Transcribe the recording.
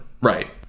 Right